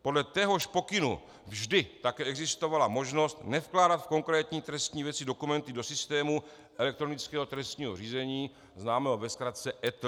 Podle téhož pokynu vždy také existovala možnost nevkládat v konkrétní trestní věci dokumenty do systému elektronického trestního řízení, známého ve zkratce ETŘ.